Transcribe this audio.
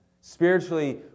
Spiritually